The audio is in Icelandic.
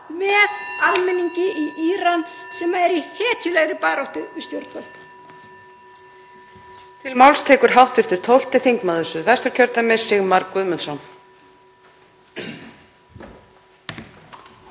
með almenningi í Íran sem er í hetjulegri baráttu við stjórnvöld.